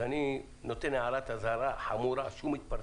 אז אני נותן הערת אזהרה חמורה, שום התפרצות,